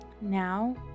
now